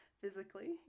physically